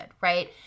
right